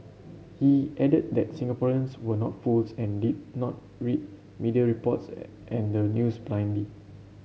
he added that Singaporeans were not fools and did not read media reports and the news blindly